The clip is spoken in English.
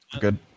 Good